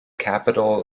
capital